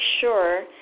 sure